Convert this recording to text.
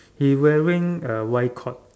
he wearing a Y cord